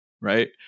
right